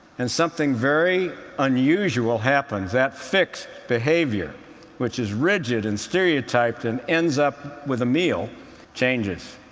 and something very unusual happens. that fixed behavior which is rigid and stereotyped and ends up with a meal changes.